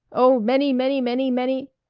oh many many many many.